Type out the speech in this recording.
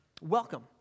welcome